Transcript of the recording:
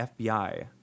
FBI